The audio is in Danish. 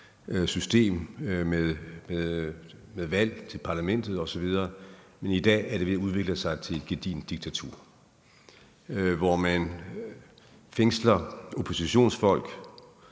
system med valg til parlamentet osv. – men i dag er det ved at udvikle sig til et gedigent diktatur, hvor man fængsler oppositionsfolk,